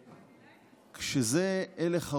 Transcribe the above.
כשזה הלך הרוח,